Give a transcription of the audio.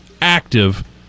active